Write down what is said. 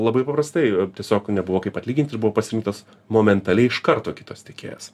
labai paprastai tiesiog nebuvo kaip atlyginti buvo pasirintas momentaliai iš karto kitas tiekėjas